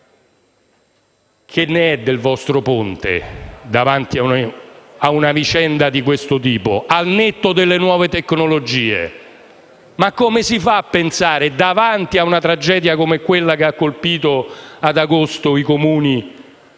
Che ne è del vostro ponte davanti a una vicenda di questo tipo, al netto delle nuove tecnologie? Ma come si fa a pensare, davanti a una tragedia come quella che ha colpito ad agosto i Comuni